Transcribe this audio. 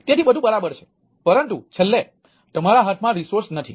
તેથી બધું બરાબર છે પરંતુ છેલ્લે તમારા હાથમાં રિસોર્સ નથી